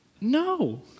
No